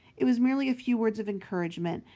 it was merely a few words of encouragement,